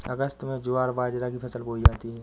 अगस्त में ज्वार बाजरा की फसल बोई जाती हैं